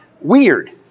weird